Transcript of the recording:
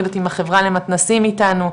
לא יודעת אם החברה למתנס"ים איתנו,